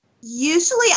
usually